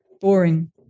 boring